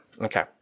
Okay